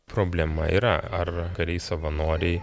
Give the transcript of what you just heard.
problema yra ar kariai savanoriai